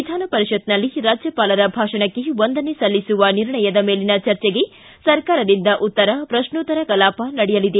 ವಿಧಾನ ಪರಿಷತ್ನಲ್ಲಿ ರಾಜ್ಯಪಾಲರ ಭಾಷಣಕ್ಕೆ ವಂದನೆ ಸಲ್ಲಿಸುವ ನಿರ್ಣಯದ ಮೇಲಿನ ಚರ್ಚೆಗೆ ಸರ್ಕಾರದಿಂದ ಉತ್ತರ ಪ್ರಶ್ನೋತ್ತರ ಕಲಾಪ ನಡೆಯಲಿದೆ